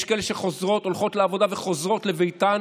יש כאלה שהולכות לעבודה וחוזרות לביתן